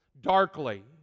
darkly